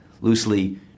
loosely